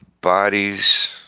bodies